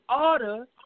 order